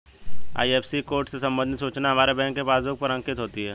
IFSC code से संबंधित सूचना हमारे बैंक के पासबुक पर अंकित होती है